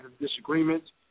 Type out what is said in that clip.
disagreements